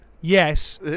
Yes